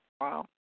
Wow